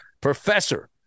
professor